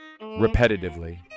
repetitively